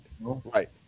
right